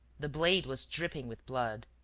the blade was dripping with blood.